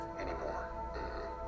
anymore